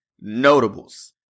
notables